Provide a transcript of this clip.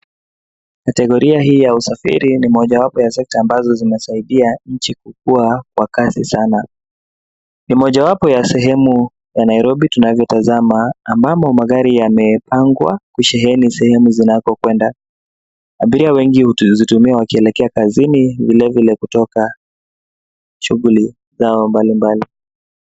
Kategoria hii ya usafiri ni mojawapo ya sekta ambazo zinasaidia nchi kukua kwa kasi sana. Ni mojawapo ya sehemu ya Nairobi tunavyotazama ambamo magari yamepangwa kusheheni sehemu zinakokwenda. Abiria wengi huzitumia wakielekea kazini, vilevile kutoka shughuli zao mbalimbali.